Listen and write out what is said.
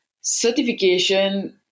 certification